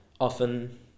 often